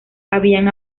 habían